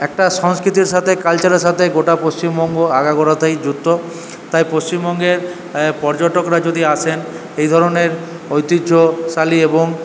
একটা সংস্কৃতির সাথে কালচারের সাথে গোটা পশ্চিমবঙ্গ আগাগোড়াতেই যুক্ত তাই পশ্চিমবঙ্গের পর্যটকরা যদি আসেন এইধরনের ঐতিহ্যশালী এবং